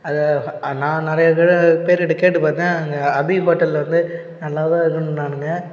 அதை நான் நிறையா பேரை பேருகிட்ட கேட்டுப்பார்த்தேன் அங்கே அபி ஹோட்டலில் வந்து நல்லா தான் இருக்கும்ன்னானுங்க